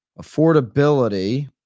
Affordability